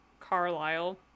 Carlisle